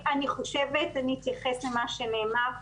ברשותכם, אני חושבת, אני אתייחס למה שנאמר.